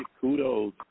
kudos